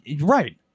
right